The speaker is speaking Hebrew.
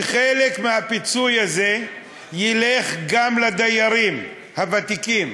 שחלק מהפיצוי הזה ילך גם לדיירים הוותיקים?